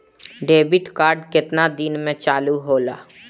Debit card केतना दिन में चालु होला?